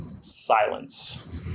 Silence